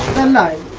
and neit